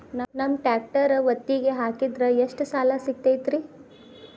ನಮ್ಮ ಟ್ರ್ಯಾಕ್ಟರ್ ಒತ್ತಿಗೆ ಹಾಕಿದ್ರ ಎಷ್ಟ ಸಾಲ ಸಿಗತೈತ್ರಿ?